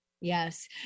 Yes